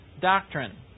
doctrine